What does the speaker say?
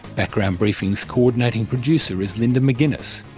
background briefing's co-ordinating producer is linda mcginness,